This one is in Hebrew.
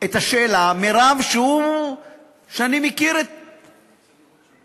את התשובה מרב שאני מכיר את, רב תימני.